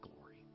glory